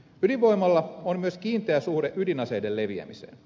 ydinvoimalla on myös kiinteä suhde ydinaseiden leviämiseen